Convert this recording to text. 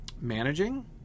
managing